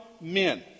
men